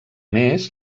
més